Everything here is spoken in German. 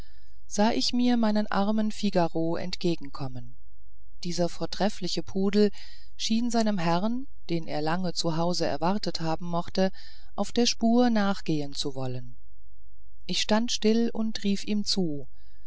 sah ich mir meinen armen figaro entgegen kommen dieser vortreffliche pudel schien seinem herrn den er lange zu hause erwartet haben mochte auf der spur nachgehen zu wollen ich stand still und rief ihm zu